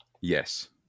Yes